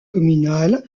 communal